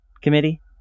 Committee